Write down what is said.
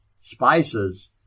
spices